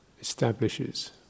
establishes